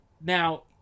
Now